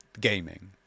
gaming